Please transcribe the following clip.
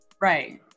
Right